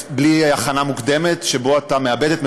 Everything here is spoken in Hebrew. בעד, אין מתנגדים, אין